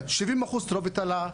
70% התערובת עלתה,